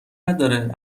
نداره